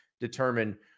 determine